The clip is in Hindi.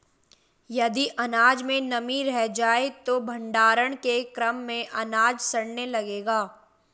यदि अनाज में नमी रह जाए तो भण्डारण के क्रम में अनाज सड़ने लगेगा